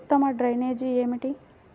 ఉత్తమ డ్రైనేజ్ ఏమిటి?